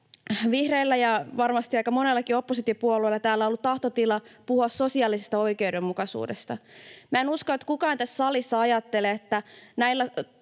vihreillä ja varmasti aika monellakin oppositiopuolueella täällä on ollut tahtotila puhua sosiaalisesta oikeudenmukaisuudesta. Minä en usko, että kukaan tässä salissa ajattelee,